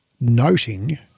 noting